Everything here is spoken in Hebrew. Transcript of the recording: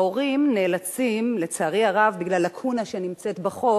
ההורים נאלצים, לצערי הרב, בגלל לקונה בחוק,